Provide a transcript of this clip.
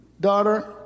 Daughter